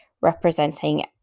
representing